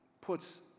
puts